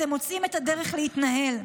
אתם מוצאים את הדרך להתנהל,